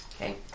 Okay